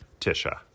tisha